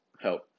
help